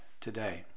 today